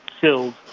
filled